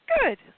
Good